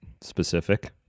specific